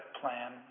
plan